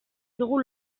dugu